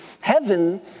Heaven